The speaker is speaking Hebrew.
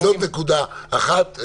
זאת נקודה אחת.